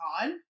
on